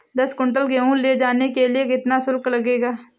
दस कुंटल गेहूँ ले जाने के लिए कितना शुल्क लगेगा?